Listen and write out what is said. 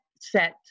set